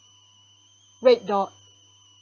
red dot